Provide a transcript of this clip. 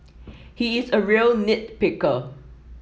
he is a real nit picker